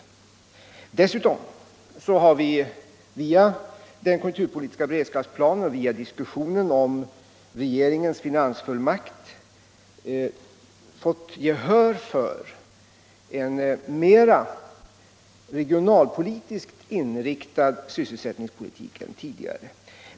Dessutom har vi via den konjunkturpolitiska beredskapsplanen och via diskussionen om regeringens finansfullmakt fått gehör för en mera regionalpolitiskt inriktad sysselsättningspolitik än tidigare.